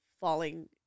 falling